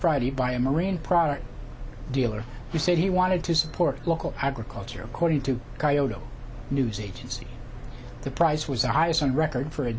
friday by a marine products dealer who said he wanted to support local agriculture according to news agency the price was the highest on record for